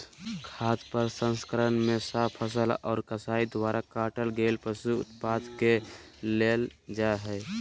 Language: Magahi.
खाद्य प्रसंस्करण मे साफ फसल आर कसाई द्वारा काटल गेल पशु उत्पाद के लेल जा हई